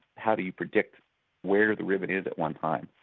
how do you predict where the ribbon is at one time?